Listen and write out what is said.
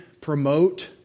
promote